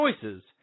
choices